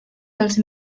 dels